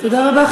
תודה רבה.